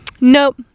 Nope